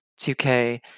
2K